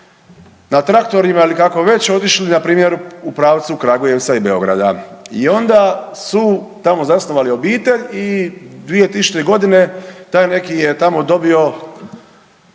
na traktorima ili kako već otišli npr. u pravcu Kragujevca i Beograda i onda su tamo zasnovali obitelj i 2000.g. taj neki je tamo dobio